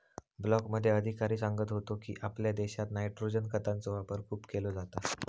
ब्लॉकमध्ये अधिकारी सांगत होतो की, आपल्या देशात नायट्रोजन खतांचो वापर खूप केलो जाता